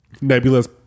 Nebula's